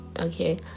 okay